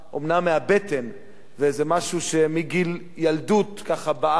מהבטן וזה משהו שמגיל ילדות ככה בער בי,